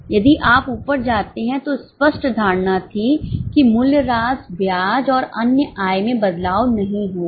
यदि आप ऊपर जाते हैं तो स्पष्ट धारणा थी कि मूल्यह्रास ब्याज और अन्य आय में बदलाव नहीं होगा